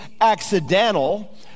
accidental